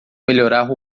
melhorar